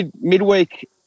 midweek